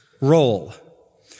role